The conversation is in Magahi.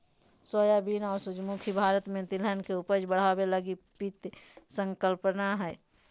सोयाबीन और सूरजमुखी भारत में तिलहन के उपज बढ़ाबे लगी पीत संकल्पना हइ